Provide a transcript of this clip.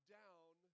down